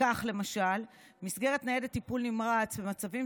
למשל במסגרת ניידת טיפול נמרץ במצבים